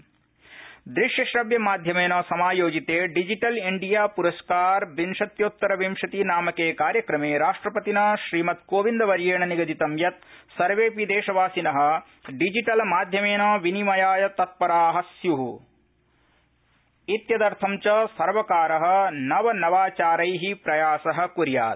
राष्ट्रपति डिजिटल पुरस्कार दृश्यश्रव्य माध्यमेन समायोजिते डिजिटल इंडिया पुरस्कार विशत्योत्तर विशति नामके कार्यक्रमे राष्ट्रपतिना श्रीमत् कोविन्दवर्येण निगदितं यत् सर्वेऽपि देशवासिन डिजिटल माध्यमेन विनिमयाय तत्परा स्यु इत्यदर्थं च सर्वकार नवनवाचारै प्रयास कुर्यात्